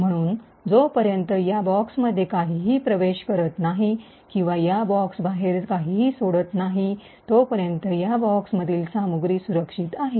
म्हणून जोपर्यंत या बॉक्समध्ये काहीही प्रवेश करत नाही किंवा या बॉक्सबाहेर काहीही सोडत नाही तोपर्यंत या बॉक्समधील सामग्री सुरक्षित आहे